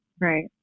Right